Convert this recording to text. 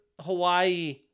Hawaii